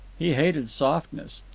he hated softness.